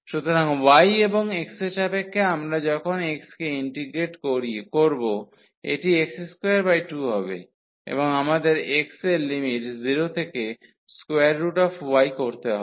সুতরাং y এবং x এর সাপেক্ষে আমরা যখন x কে ইন্টিগ্রেট করব এটি x22 হবে এবং আমাদের x এর লিমিট 0 থেকে y করতে হবে